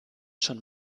schon